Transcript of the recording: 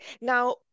now